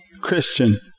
Christian